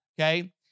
okay